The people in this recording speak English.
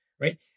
Right